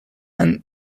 and